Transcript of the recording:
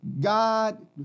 God